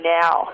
now